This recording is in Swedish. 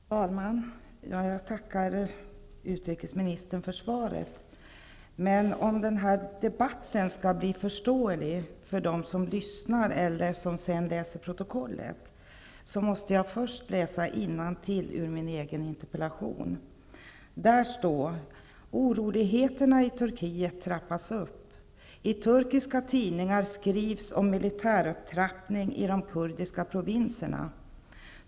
Fru talman! Jag tackar utrikesministern för svaret. Om den här debatten skall bli förståelig för dem som lyssnar eller senare läser prototkollet, måste jag först läsa innantill ur min egen interpellation. I den står det: ''Oroligheterna i Turkiet trappas upp. I turkiska tidningar skrivs om militärupptrappningen i de kurdiska provinserna.